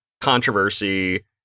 controversy